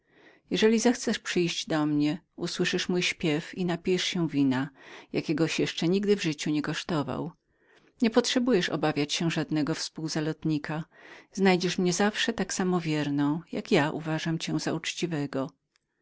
jeżeli chcesz przyjść do mnie usłyszysz mnie śpiewającą i napijesz się wina jakiegoś jeszcze nigdy w życiu nie kosztował nie potrzebujesz obawiać się żadnego spółzalotnika i znajdziesz mnie zawsze tak wierną ile ja sądzę cię być uczciwym